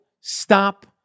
stop